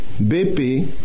BP